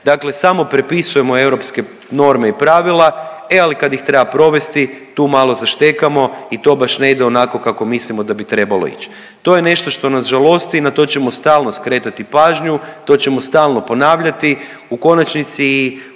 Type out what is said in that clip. dakle samo prepisujemo europske norme i pravila, e ali kad ih treba provesti tu malo zaštekamo i to baš ne ide onako kako mislimo da bi trebalo ić. To je nešto što nas žalosti i na to ćemo stalno skretati pažnju, to ćemo stalno ponavljati, u konačnici i